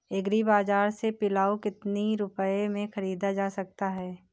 Agree बाजार से पिलाऊ कितनी रुपये में ख़रीदा जा सकता है?